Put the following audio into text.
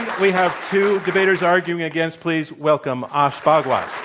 we have two debaters arguing against. please welcome ash bhagwat.